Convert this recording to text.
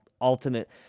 ultimate –